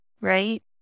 right